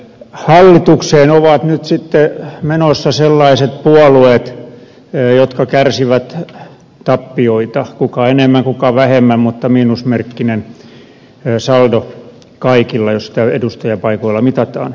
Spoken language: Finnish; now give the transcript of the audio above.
hallitukseen ovat nyt sitten menossa sellaiset puolueet jotka kärsivät tappioita kuka enemmän kuka vähemmän mutta miinusmerkkinen saldo kaikilla jos sitä edustajanpaikoilla mitataan